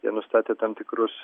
jie nustatė tam tikrus